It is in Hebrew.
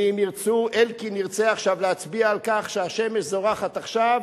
ואם אלקין ירצה להצביע על כך שהשמש זורחת עכשיו,